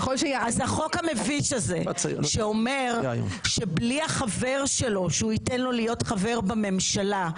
החוק המביש הזה שאומר שבלי החבר שלו שהוא ייתן לו להיות חבר בממשלה,